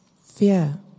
fear